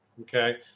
okay